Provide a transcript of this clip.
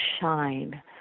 Shine